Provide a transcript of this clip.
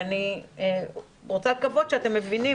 אני רוצה לקוות שאתם מבינים,